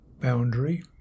boundary